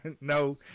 No